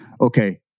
Okay